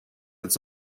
its